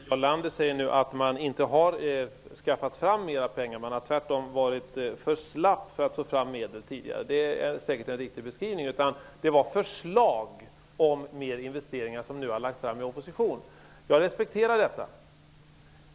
Herr talman! Jarl Lander säger nu att man inte har skaffat fram mera pengar utan tvärtom varit för slapp med att få fram medel tidigare. Det är säkert en riktig beskrivning. Det var förslag om större investeringar som Socialdemokraterna har lagt fram i opposition. Jag respekterar detta.